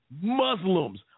Muslims